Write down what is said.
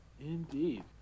Indeed